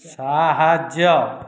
ସାହାଯ୍ୟ